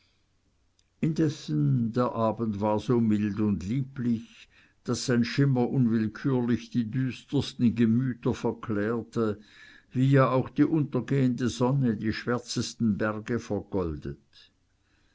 der abend war so mild und lieblich daß sein schimmer unwillkürlich die düstersten gemüter verklärte wie ja auch die untergehende sonne die schwärzesten berge vergoldet